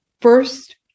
first